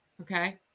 okay